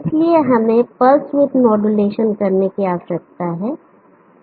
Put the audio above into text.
इसलिए हमें pulse with modulation करने की आवश्यकता है